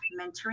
Mentoring